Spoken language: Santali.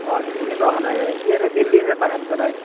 ᱩᱱᱤᱫᱚ ᱦᱟᱱᱮ ᱤᱭᱟᱹᱨᱮ ᱫᱤᱞᱞᱤᱨᱮ ᱛᱟᱦᱮᱱ ᱠᱟᱱᱟᱭ